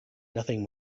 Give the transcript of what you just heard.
nothing